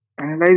analyze